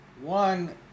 one